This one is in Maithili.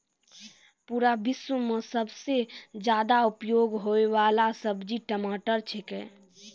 पूरा विश्व मॅ सबसॅ ज्यादा उपयोग होयवाला सब्जी टमाटर छेकै